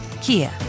Kia